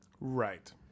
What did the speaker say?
Right